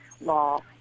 law